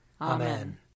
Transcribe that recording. Amen